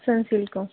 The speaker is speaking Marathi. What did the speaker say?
सनसिल्क